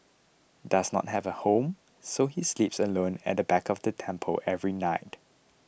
does not have a home so he sleeps alone at the back of the temple every night